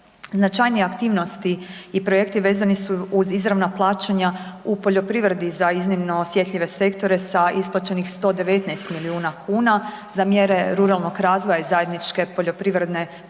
Značajnije aktivnosti i projekti vezani su uz izravna plaćanja u poljoprivredi za iznimno osjetljive sektora sa isplaćenih 119 milijuna kuna za mjere ruralnog razvoja i zajedničke poljoprivredne politike